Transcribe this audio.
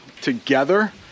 together